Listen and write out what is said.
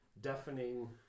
deafening